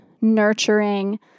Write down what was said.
nurturing